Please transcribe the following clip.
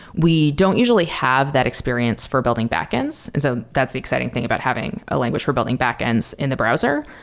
we don't usually have that experience for building backend. and so that's the exciting thing about having a language for building backends in the browser.